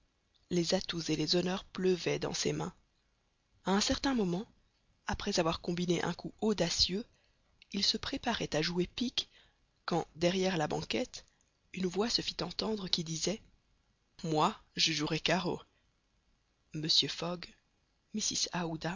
les atouts et les honneurs pleuvaient dans ses mains a un certain moment après avoir combiné un coup audacieux il se préparait à jouer pique quand derrière la banquette une voix se fit entendre qui disait moi je jouerais carreau mr fogg mrs